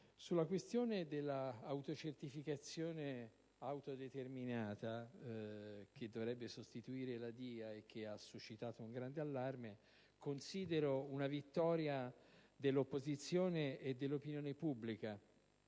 In merito all'autocertificazione autodeterminata, che dovrebbe sostituire la DIA e che ha suscitato forte allarme, considero una vittoria dell'opposizione e dell'opinione pubblica